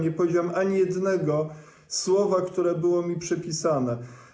Nie powiedziałem ani jednego słowa, które było mi przypisane.